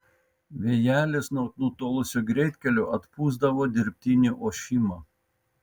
vėjelis nuo nutolusio greitkelio atpūsdavo dirbtinį ošimą